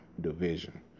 division